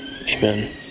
Amen